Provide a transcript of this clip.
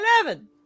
eleven